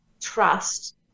trust